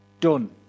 done